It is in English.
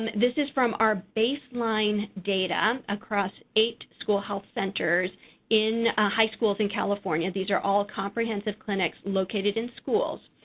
this is from our baseline data across eight school health centers in high schools in california. these are all comprehensive clinics located in schools.